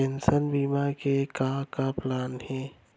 Pension बीमा के का का प्लान हे?